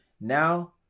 now